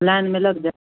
line में लग जा